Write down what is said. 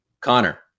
Connor